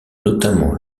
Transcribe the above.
notamment